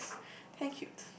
thank you